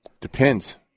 Depends